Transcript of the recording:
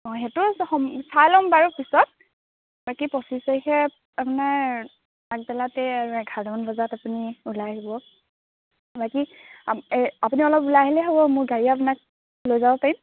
অঁ সেইটো চাই ল'ম বাৰু পিছত বাকী পঁচিছ তাৰিখে আপোনাৰ আগবেলাতে আৰু আপুনি এঘাৰটামান বজাতেই ওলাই আহিব বাকী এই আপুনি অলপ ওলাই আহিলেই হ'ব মোৰ গাড়ীয়ে আপোনাক লৈ যাব পাৰিম